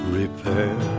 repair